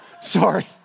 sorry